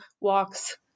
walks